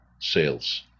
sales